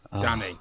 Danny